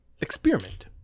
experiment